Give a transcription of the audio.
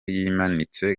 yimanitse